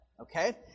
okay